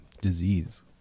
Disease